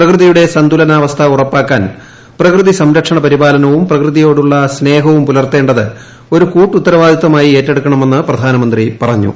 പ്രകൃതിയുടെ സന്തുലിതാവസ്ഥ ഉറപ്പാക്കുവാൻ പ്രകൃതി സംരക്ഷണ പരിപാലനവും പ്രകൃതിയോടുള്ള സ്നേഹവും പുലർത്തേണ്ടത് ഒരു കൂട്ടുത്തര വാദിത്തമായി ഏറ്റെടുക്കണമെന്ന് പ്രധാനമിന്റ് ി പറഞ്ഞു